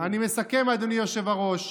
אני מסכם, אדוני היושב-ראש.